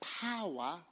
power